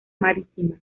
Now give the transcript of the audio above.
marítima